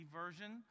version